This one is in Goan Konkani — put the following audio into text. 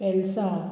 वेलसांव